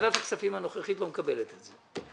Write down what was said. ועדת הכספים הנוכחית לא מקבלת את זה.